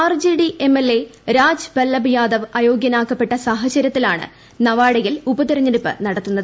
R J D M L A Raj Ballabh Yadav അയോഗ്യനാക്കപ്പെട്ട സാഹചര്യത്തിലാണ് നവാഡയിൽ ഉപതെരഞ്ഞെടുപ്പ് നടത്തുന്നത്